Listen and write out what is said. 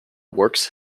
works